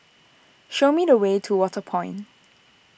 show me the way to Waterway Point